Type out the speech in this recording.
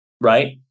right